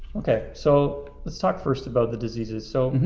okay, so let's talk first about the diseases. so,